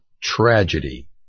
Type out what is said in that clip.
Tragedy